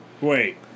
Wait